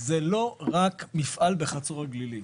זה לא רק מפעל בחצור הגלילית,